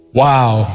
Wow